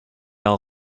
all